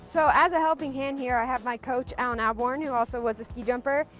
so as a helping hand here, i have my coach, alan alborn, who also was a ski jumper,